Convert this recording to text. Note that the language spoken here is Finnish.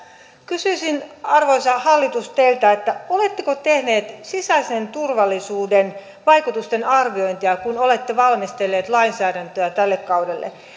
kysyisin arvoisa hallitus teiltä oletteko tehneet sisäisen turvallisuuden vaikutusten arviointia kun olette valmistelleet lainsäädäntöä tälle kaudelle